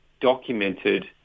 documented